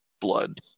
blood